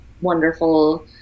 wonderful